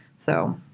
so,